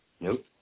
Nope